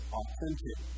authentic